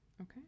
Okay